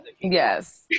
yes